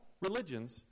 religions